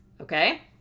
Okay